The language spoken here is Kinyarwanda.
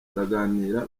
turaganira